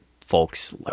folks